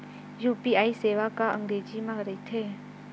UPI सेवा का अंग्रेजी मा रहीथे?